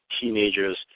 teenagers